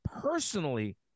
personally